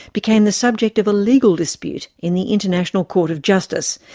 became the subject of a legal dispute in the international court of justice,